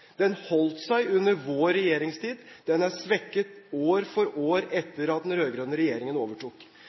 Den holdt seg under vår regjeringstid. Den er svekket år for år etter at den rød-grønne regjeringen overtok.